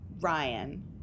Ryan